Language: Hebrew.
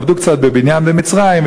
עבדו קצת בבניין במצרים,